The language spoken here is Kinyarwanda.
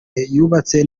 yubatse